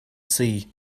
see